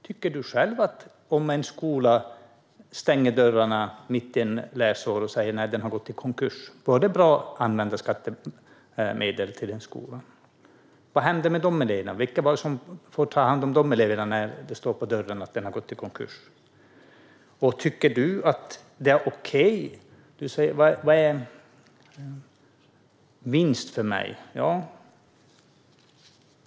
Tycker du själv att det är bra använda skattemedel om en skola går i konkurs mitt under ett läsår? Vad händer med dessa elever? Vilka får ta hand om dem när det står på skolans dörr att den har gått i konkurs? Du frågar vad vinst är för mig, Said.